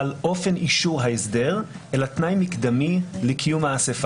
ושם אין קוורום.